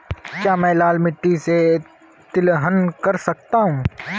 क्या मैं लाल मिट्टी में तिलहन कर सकता हूँ?